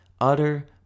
utter